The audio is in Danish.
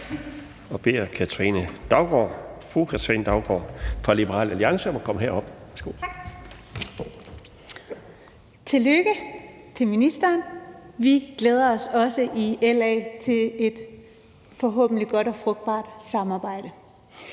(Ordfører) Katrine Daugaard (LA): Tak. Tillykke til ministeren! Vi glæder os også i LA til et forhåbentlig godt og frugtbart samarbejde.